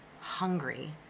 hungry